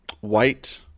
White